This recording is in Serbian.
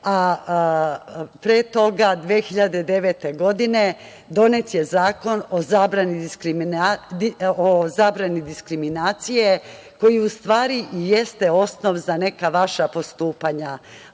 a pre toga 2009. godine donet je Zakon o zabrani diskriminacije koji u stvari jeste osnov za neka vaša postupanja.